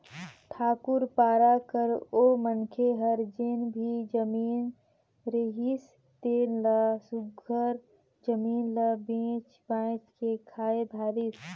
ठाकुर पारा कर ओ मनखे हर जेन भी जमीन रिहिस तेन ल सुग्घर जमीन ल बेंच बाएंच के खाए धारिस